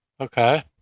Okay